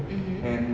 mmhmm